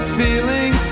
feeling